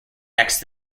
next